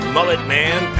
Mulletman